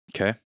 Okay